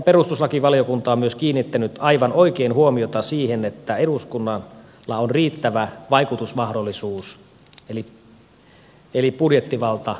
perustuslakivaliokunta on myös kiinnittänyt aivan oikein huomiota siihen että eduskunnalla on riittävä vaikutusmahdollisuus eli budjettivalta turvataan